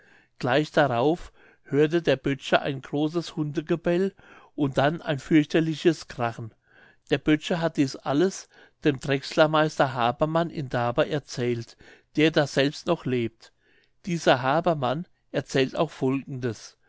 gleich darauf hörte der böttcher ein großes hundegebell und dann ein fürchterliches krachen der böttcher hat dies alles dem drechslermeister habermann in daber erzählt der daselbst noch lebt dieser habermann erzählt auch folgendes